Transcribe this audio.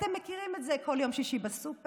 אתם מכירים את זה כל יום שישי בסופר,